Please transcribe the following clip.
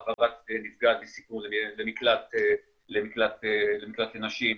העברת נפגע בסיכון למקלט לנשים,